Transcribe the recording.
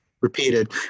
repeated